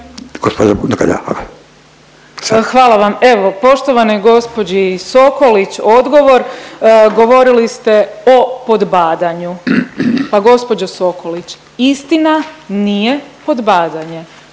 Hvala vam, evo poštovanoj gđi. Sokolić odgovor, govorili ste o podbadanju. Pa gđo. Sokolić, istina nije podbadanje,